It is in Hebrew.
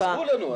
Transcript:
תעזרו לנו.